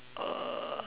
uh